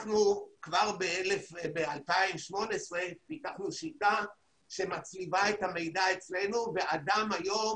כבר ב-2018 פיתחנו שיטה שמצליבה את המידע אצלנו ואדם היום